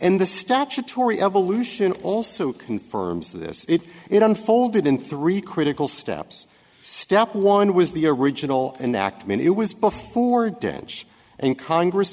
and the statutory evolution also confirms this it it unfolded in three critical steps step one was the original an act made it was before dench and congress